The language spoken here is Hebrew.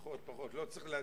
פחות, לא צריך להגזים.